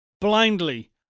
blindly